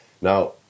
Now